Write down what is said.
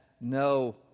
no